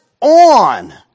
on